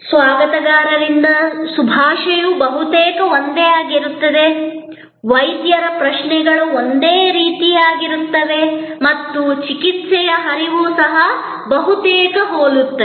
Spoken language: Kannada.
ಸ್ವಾಗತಕಾರರಿಂದ ಶುಭಾಶಯವು ಬಹುತೇಕ ಒಂದೇ ಆಗಿರುತ್ತದೆ ವೈದ್ಯರ ಪ್ರಶ್ನೆಗಳು ಒಂದೇ ರೀತಿಯದ್ದಾಗಿರುತ್ತವೆ ಮತ್ತು ಚಿಕಿತ್ಸೆಯ ಹರಿವು ಸಹ ಬಹುತೇಕ ಹೋಲುತ್ತದೆ